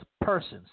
persons